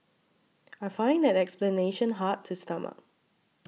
I find that explanation hard to stomach